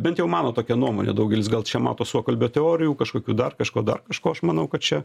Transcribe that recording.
bent jau mano tokia nuomonė daugelis gal čia mato suokalbio teorijų kažkokių dar kažko dar kažko aš manau kad čia